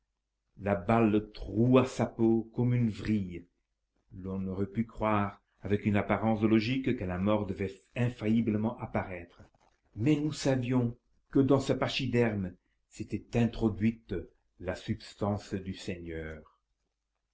la balle troua sa peau comme une vrille l'on aurait pu croire avec une apparence de logique que la mort devait infailliblement apparaître mais nous savions que dans ce pachyderme s'était introduite la substance du seigneur